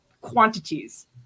quantities